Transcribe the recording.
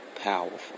powerful